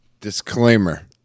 Disclaimer